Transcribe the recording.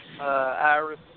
Iris